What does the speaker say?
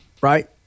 right